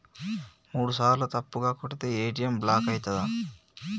మూడుసార్ల తప్పుగా కొడితే ఏ.టి.ఎమ్ బ్లాక్ ఐతదా?